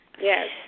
Yes